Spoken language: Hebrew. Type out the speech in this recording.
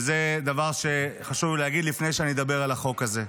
וזה דבר שחשוב לי להגיד לפני שאדבר על החוק הזה.